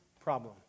problem